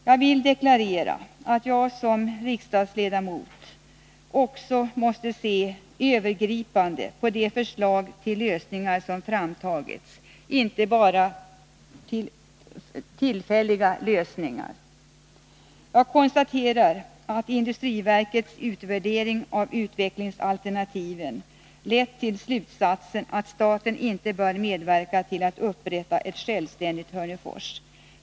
Jag vill deklarera att jag som riksdagsledamot också måste se övergripande på de förslag till lösningar — inte bara tillfälliga sådana — som har framtagits. Jag konstaterar att industriverkets utvärdering av utvecklingsalternativen lett till slutsatsen att staten inte bör medverka till att upprätta ett självständigt Hörnefors AB.